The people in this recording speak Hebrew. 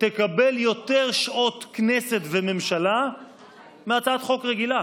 תקבל יותר שעות כנסת וממשלה מהצעת חוק רגילה.